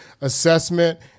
assessment